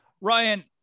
Ryan